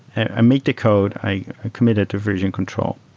and i make the code. i commit a diversion control.